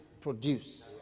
produce